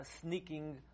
sneaking